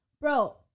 Bro